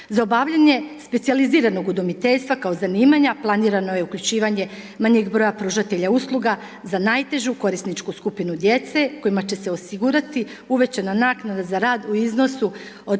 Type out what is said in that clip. Za obavljanje specijaliziranog udomiteljstva kao zanimanja, planirano je uključivanje manjeg broja pružatelja usluga za najtežu korisničku skupinu djece kojima će se osigurati uvećana naknada za rad u iznosu od